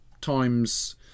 times